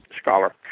scholar